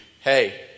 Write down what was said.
Hey